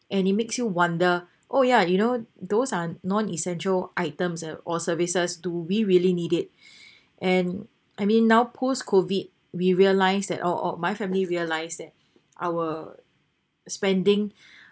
and it makes you wonder oh yeah you know those are non essential items or services do we really need it and I mean now post COVID we realize that or or my family realize that our spending